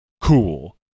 Cool